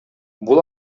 бул